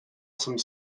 some